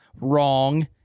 wrong